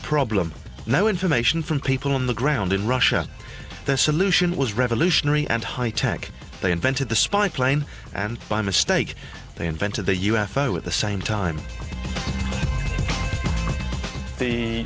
problem no information from people on the ground in russia the solution was revolutionary and high tech they invented the spy plane and by mistake they invented the u f o at the same time the